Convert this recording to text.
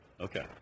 Okay